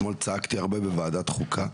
אתמול צעקתי הרבה בוועדת חוקה.